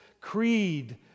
creed